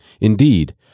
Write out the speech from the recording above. indeed